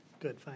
Good